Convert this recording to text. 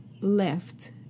left